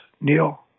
Neil